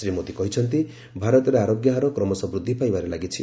ଶ୍ରୀ ମୋଦି କହିଛନ୍ତି ଭାରତରେ ଆରୋଗ୍ୟ ହାର କ୍ରମଶଃ ବୃଦ୍ଧି ପାଇବାରେ ଲାଗିଛି